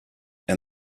and